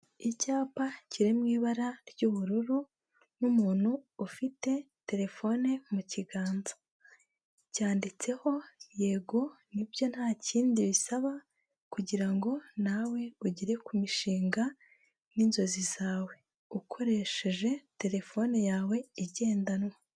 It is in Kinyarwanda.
Icyapa kiri mu ibara ry'ubururu n'umuntu ufite terefone mu kiganza, cyanditseho yego nibyo nta kindi bisaba kugira ngo nawe ugere ku mishinga n'inzozi zawe, ukoresheje terefone yawe igendanwa.